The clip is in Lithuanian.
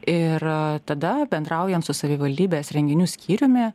ir tada bendraujant su savivaldybės renginių skyriumi